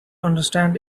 understand